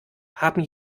haben